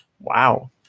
Wow